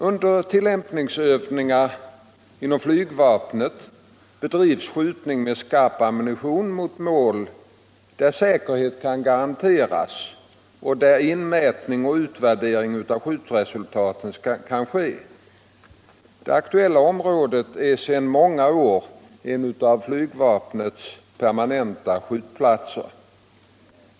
Under tillämpningsövningar inom flygvapnet bedrivs skjutning med skarp ammunition mot mål där säkerhet kan garanteras och där inmätning och utvärdering av skjutresultatet kan ske. Det aktuella området är sedan många år en av flygvapnets permanenta skjutplatser.